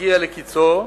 שמגיע לקצו,